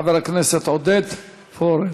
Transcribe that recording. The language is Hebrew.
חבר הכנסת עודד פורר.